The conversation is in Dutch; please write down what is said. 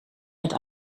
het